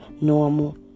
normal